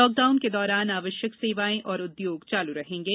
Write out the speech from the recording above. lockdown के दौरान आवश्यक सेवाएं तथा उद्योग चालू रहेंगे